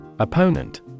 Opponent